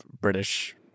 British